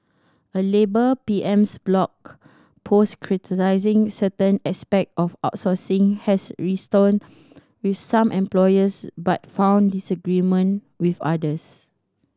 a labour P M's blog post criticising certain aspect of outsourcing has with some employers but found disagreement with others